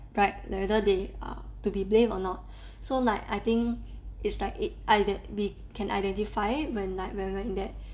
but whether they are to be blamed or not so like I think it's like it I that we can identify when like when we're in that